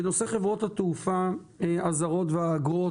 בנושא חברות התעופה הזרות והאגרות,